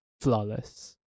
Flawless